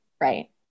right